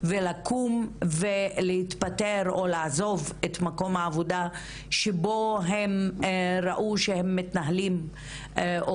לקום ולהתפטר או לעזוב את מקום העבודה שבו הם ראו שהם מתנהלים או